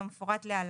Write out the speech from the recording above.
כמפורט להלן: